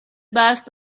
best